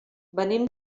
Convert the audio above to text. venim